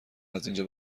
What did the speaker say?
ازاینجا